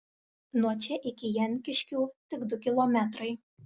nuo čia iki jankiškių tik du kilometrai